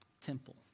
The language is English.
temple